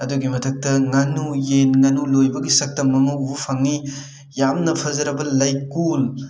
ꯑꯗꯨꯒꯤ ꯃꯊꯛꯇ ꯉꯥꯅꯨ ꯌꯦꯟ ꯉꯥꯅꯨ ꯂꯣꯏꯕꯒꯤ ꯁꯛꯇꯝ ꯑꯃ ꯎꯕ ꯐꯪꯉꯤ ꯌꯥꯝꯅ ꯐꯖꯔꯕ ꯂꯩꯀꯣꯜ